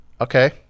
okay